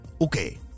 Okay